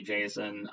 Jason